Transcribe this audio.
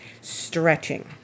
stretching